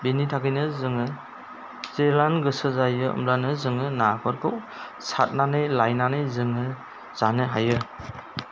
बेनि थाखायनो जोङो जेलानो गोसो जायो होमब्लानो जोङो नाफोरखौ सारनानै लायनानै जोङो जानो हायो